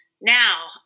now